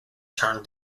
turned